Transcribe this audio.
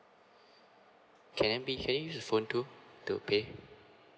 can I be can I use the phone too to pay